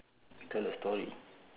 tell a story